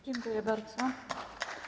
Dziękuję bardzo.